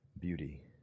beauty